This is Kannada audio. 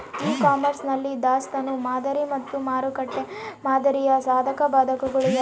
ಇ ಕಾಮರ್ಸ್ ನಲ್ಲಿ ದಾಸ್ತನು ಮಾದರಿ ಮತ್ತು ಮಾರುಕಟ್ಟೆ ಮಾದರಿಯ ಸಾಧಕಬಾಧಕಗಳು ಯಾವುವು?